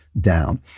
down